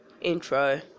intro